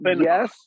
Yes